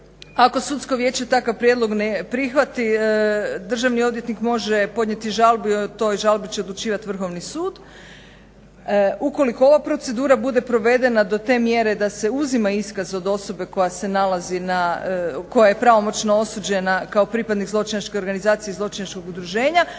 ako Sudsko vijeće takav prijedlog ne prihvati državni odvjetnik može podnijeti žalbu i o toj žalbi će odlučivati Vrhovni sud. Ukoliko ova procedura bude provedena do te mjere da se uzima iskaz od osobe koja se nalazi na, koja je pravomoćno osuđena kao pripadnik zločinačke organizacije i zločinačkog udruženja